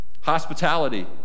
Hospitality